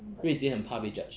rui jie 很怕被 judged